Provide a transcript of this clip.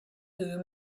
whom